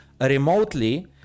remotely